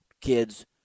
kids